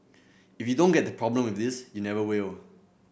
if you don't get the problem with this you never will